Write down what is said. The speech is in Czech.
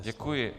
Děkuji.